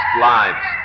lives